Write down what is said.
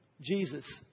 Jesus